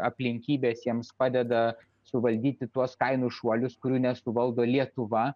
aplinkybės jiems padeda suvaldyti tuos kainų šuolius kurių nesuvaldo lietuva